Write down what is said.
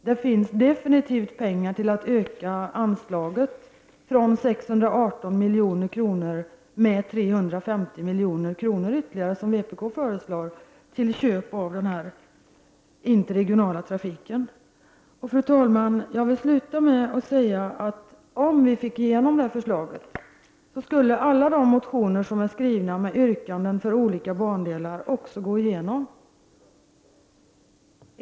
Det finns definitivt pengar till att öka anslaget från 618 milj.kr. med 350 milj.kr. ytterligare, som vpk föreslår, till köp av den interregionala trafiken. Fru talman! Jag vill sluta med att säga, att om detta förslag gick igenom skulle alla de motioner som är skrivna med yrkanden för olika bandelar också gå igenom.